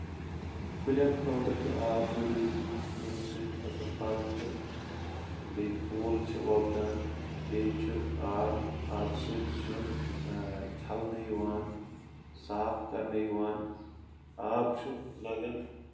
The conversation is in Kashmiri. کُلؠن خٲطرٕ چھُ آب ضروٗری ییٚمہِ سۭتۍ ہسا پھل تہٕ بیٚیہِ پھوٗل چھِ وۄپدان بیٚیہِ چھُ آب آبہٕ سۭتۍ سیُن چھلنہٕ یِوان صاف کرنہٕ یِوان آب چھُ لگان